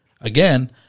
again